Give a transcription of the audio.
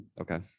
Okay